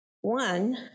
one